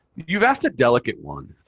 you've asked a delicate one.